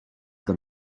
them